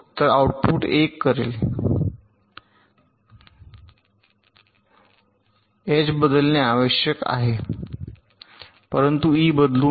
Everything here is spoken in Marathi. तर ते आउटपुट १ करेल एच बदलणे आवश्यक आहे परंतु ई बदलू नये